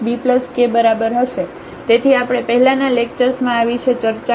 તેથી આપણે પહેલાનાં લેક્ચર્સમાં આ વિશે ચર્ચા કરી છે